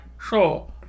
sure